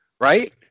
right